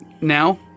Now